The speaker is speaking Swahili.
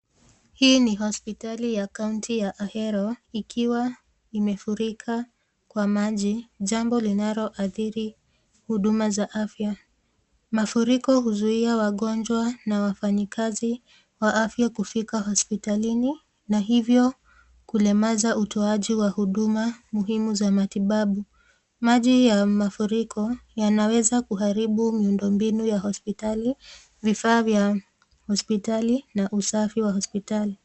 Hii ni hospitali ya kauntiya Ahero ikiwa imefurika kwa maji jambo linalo athiri huduma za afya. Mafuriko huzuia wagonjwa na wafanyi kazi kufika hospitalini na hivyo kulemaza utoaji wa huduma muhimu ya matibabu. Maji ya mafuriko yanaweza kuharibu muundo mbinu ya hospitali, vifaa vya hospitali na usafi wa hospitali.